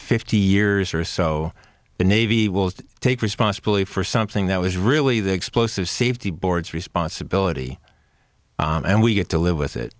fifty years or so the navy will take responsibility for something that was really the explosive safety board's responsibility and we get to live with